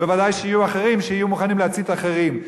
ודאי שיהיו אחרים שיהיו מוכנים להצית אחרים.